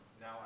now